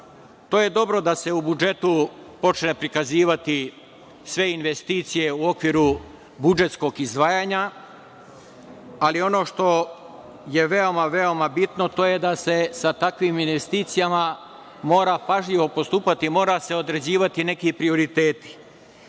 dobro je da se u budžetu počne prikazivati i sve investicije u okviru budžetskog izdvajanja, ali ono što je veoma bitno jeste da se sa takvim investicijama mora pažljivo postupati. Moraju se određivati neki prioriteti.